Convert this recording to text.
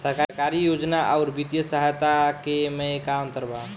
सरकारी योजना आउर वित्तीय सहायता के में का अंतर बा?